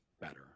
better